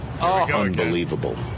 unbelievable